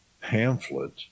pamphlet